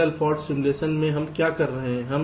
parallel fault simulation में हम क्या कर रहे थे